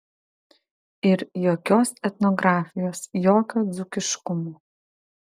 ir jokios etnografijos jokio dzūkiškumo